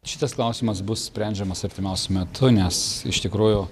šitas klausimas bus sprendžiamas artimiausiu metu nes iš tikrųjų